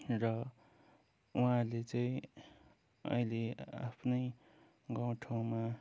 र उहाँले चाहिँ अहिले आफ्नै गाउँ ठाउँमा